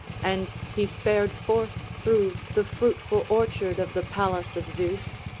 and he fared forth through the fruitful orchard of the palace of zeus.